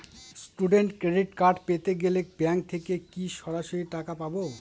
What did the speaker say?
Student credit card পেতে গেলে bank থেকে কি সরাসরি টাকা পাবো?